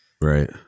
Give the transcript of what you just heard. Right